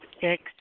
six